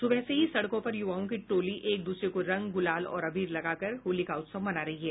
सुबह से ही सड़कों पर युवाओं की टोली एक दूसरे को रंग गुलाल और अबीर लगाकर होली का उत्सव मना रही है